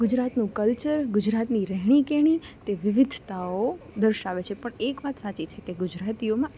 ગુજરાતનું કલ્ચર ગુજરાતની રહેણીકહેણી તે વિવિધતાઓ દર્શાવે છે પણ એક વાત સાચી છે કે ગુજરાતીઓમાં